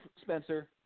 Spencer